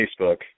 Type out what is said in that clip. Facebook